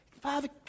Father